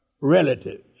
relatives